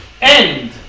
end